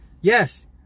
Yes